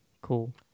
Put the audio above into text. Cool